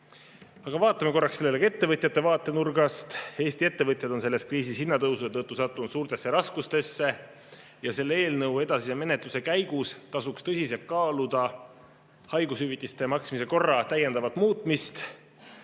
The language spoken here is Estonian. vaatame korraks sellele ka ettevõtjate vaatenurgast. Eesti ettevõtjad on selles kriisis hinnatõusude tõttu sattunud suurtesse raskustesse. Selle eelnõu edasise menetluse käigus tasuks tõsiselt kaaluda haigushüvitiste maksmise korra täiendavat muutmist.